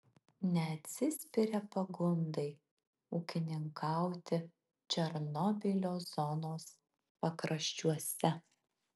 neatsispiria pagundai ūkininkauti černobylio zonos pakraščiuose